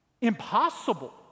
Impossible